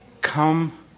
come